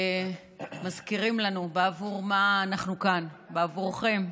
מזכירים לנו בעבור מה אנחנו כאן, בעבורכם,